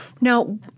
Now